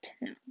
no